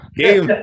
game